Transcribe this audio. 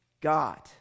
God